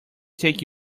take